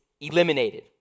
Eliminated